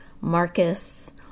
Marcus